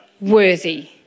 worthy